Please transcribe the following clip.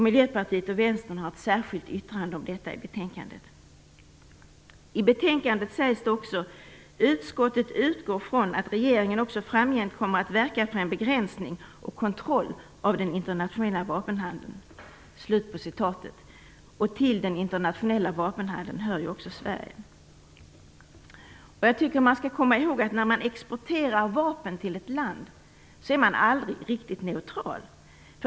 Miljöpartiet och Vänstern har ett särskilt yttrande om detta i betänkandet. I betänkandet sägs det också: "Utskottet utgår från att regeringen också framgent kommer att verka för en begränsning och kontroll av den internationella vapenhandeln." Till den internationella vapenhandeln hör ju också den svenska vapenhandeln. Jag tycker att vi skall komma ihåg att när man exporterar vapen till ett land är man aldrig riktigt neutral.